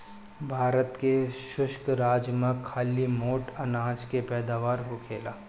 भारत के शुष्क राज में खाली मोट अनाज के पैदावार होखेला